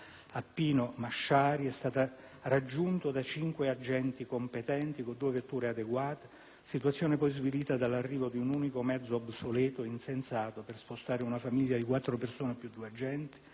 Pino Masciari è stato raggiunto da 5 agenti competenti con due vetture adeguate, situazione poi svilita dall'arrivo di un unico mezzo obsoleto e insensato per spostare una famiglia di 4 persone e 2 agenti;